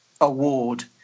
award